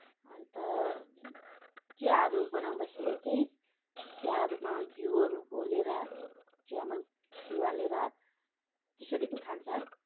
अन्त चियाहरू बनाउँदाखेरि चाहिँ चियाहरूमा घिउहरू घोलेर चियामा घिउ हालेर त्यसरी पनि खान्छ